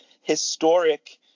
historic